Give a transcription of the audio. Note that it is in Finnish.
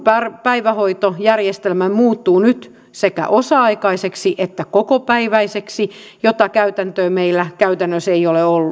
päivähoitojärjestelmä muuttuu nyt sekä osa aikaiseksi että kokopäiväiseksi jota käytäntöä meillä käytännössä ei ole ollut